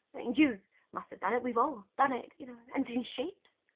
you must have done it, we've all done it you know and seen shapes,